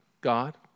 God